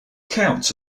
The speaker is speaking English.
counts